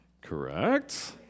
Correct